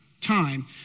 time